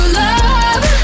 love